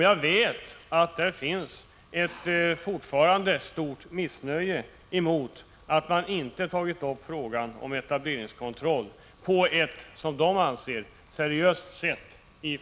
Jag vet att det hos dem fortfarande finns ett stort missnöje med att den socialdemokratiska regeringen inte har tagit upp frågan om etableringskontroll på ett, som de anser, seriöst sätt.